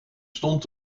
stond